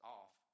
off